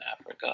Africa